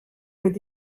with